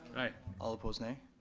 aye. all opposed, nay.